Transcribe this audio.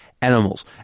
animals